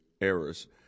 errors